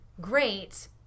Great